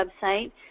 website